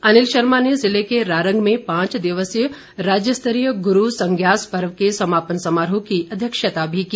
अनिल शर्मा ने जिले के रारंग में पांच दिवसीय राज्य स्तरीय गुरू सांज्ञस पर्व के समापन समारोह की अध्यक्षता भी की